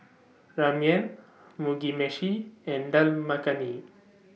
Ramyeon Mugi Meshi and Dal Makhani